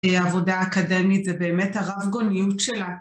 עבודה אקדמית זה באמת הרב גוניות שלה.